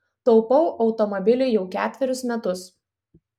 taupau automobiliui jau ketverius metus